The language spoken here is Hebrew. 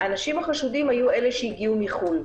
אלה שהגיעו מחו"ל,